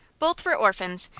both were orphans,